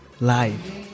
life